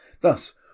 Thus